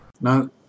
No